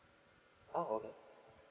oh okay